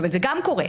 זה גם קורה.